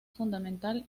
fundamental